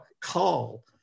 call